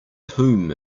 whom